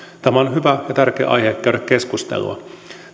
tämä on hyvä ja tärkeä aihe käydä keskustelua